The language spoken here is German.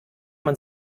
man